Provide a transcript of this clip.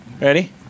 Ready